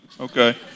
okay